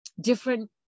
different